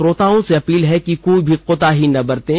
श्रोताओं से अपील है कि कोई भी कोताही न बरतें